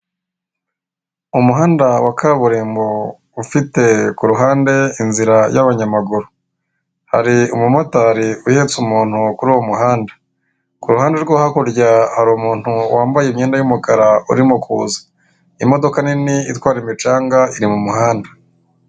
Umuhanda wa kaburimbo ufite kuruhande inzira y'abanyamaguru. Hari umumotari uhetse umuntu kuri uwo muhanda ku ruhande rwo hakurya hari umuntu wambaye imyenda y'umukara urimo kuza, imodoka nini itwara imicanga iri mu muhanda.